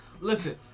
listen